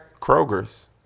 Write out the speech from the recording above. Kroger's